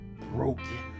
broken